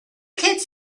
kids